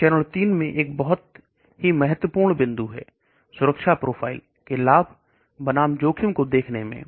यह चरण 3 में एक बहुत ही महत्वपूर्ण बिंदु है सुरक्षा प्रोफाइल के लाभ बनाम जोखिम को देखने में